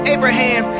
Abraham